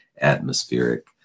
atmospheric